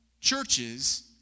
churches